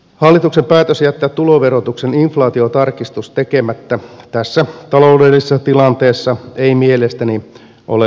hallituksen päätös jättää tuloverotuksen inflaatiotarkistus tekemättä tässä taloudellisessa tilanteessa ei mielestäni ole oikea ratkaisu